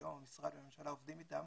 שכיום משרדי הממשלה עובדים איתן,